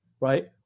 right